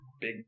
big